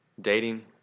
dating